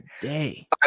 day